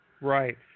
right